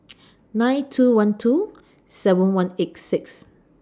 nine two one two seven one eight six